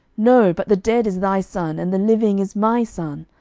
no but the dead is thy son, and the living is my son.